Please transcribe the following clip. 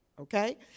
okay